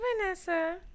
Vanessa